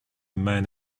man